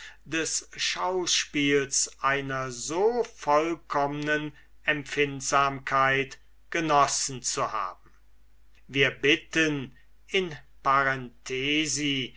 des schauspiels einer so vollkommnen empfindsamkeit genossen zu haben wir bitten in